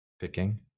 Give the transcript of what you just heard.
Picking